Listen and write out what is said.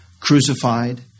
crucified